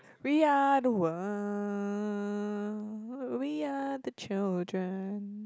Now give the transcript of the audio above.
we are the world we are the children